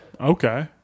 Okay